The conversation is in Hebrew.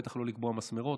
ובטח לא לקבוע מסמרות.